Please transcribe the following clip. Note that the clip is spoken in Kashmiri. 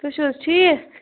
تُہۍ چھِو حظ ٹھیٖک